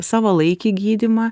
savalaikį gydymą